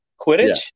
Quidditch